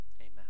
Amen